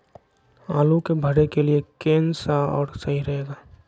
आलू के भरे के लिए केन सा और सही रहेगा?